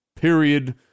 Period